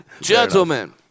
Gentlemen